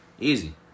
easy